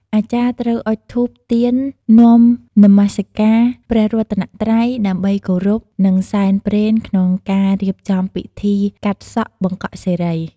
អាចារ្យត្រូវអុជធូប ទៀន នាំនមស្ការព្រះរតនត្រៃ ដើម្បីគោរព និងសែនព្រេនក្នងការរៀបចំពិធីការសក់បង្កក់សិរី។